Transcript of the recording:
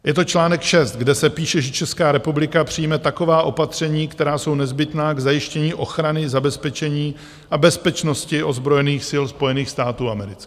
Je to čl. 6, kde se píše, že Česká republika přijme taková opatření, která jsou nezbytná k zajištění ochrany, zabezpečení a bezpečnosti ozbrojených sil Spojených států amerických.